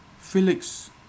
Felix